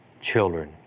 children